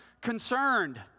concerned